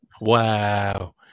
Wow